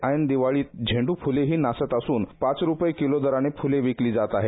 ऐन दिवाळीत झेंड्रची फुले नासत असून पाच रुपये दराने फुले विकली जात आहेत